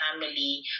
family